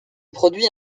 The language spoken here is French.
produit